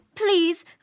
Please